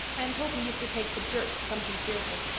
i am told he used to take the jerks something fearful.